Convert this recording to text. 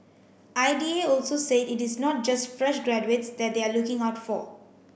I D A also said it is not just fresh graduates that they are looking out for